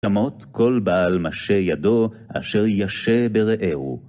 שמוט כל בעל משה ידו אשר ישה ברעהו.